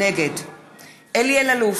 נגד אלי אלאלוף,